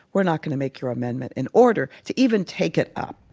we're not going to make your amendment an order, to even take it up.